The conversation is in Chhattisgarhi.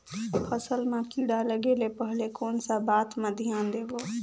फसल मां किड़ा लगे ले पहले कोन सा बाता मां धियान देबो?